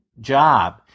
job